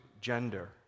gender